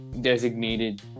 designated